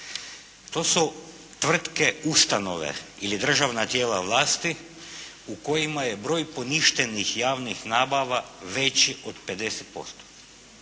To su tvrtke, ustanove ili državna tijela vlasti u kojima je broj poništenih javnih nabava većih od 50%,